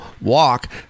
walk